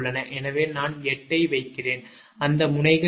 எனவே நான் 8 ஐ வைக்கிறேன் அந்த முனைகள் என்ன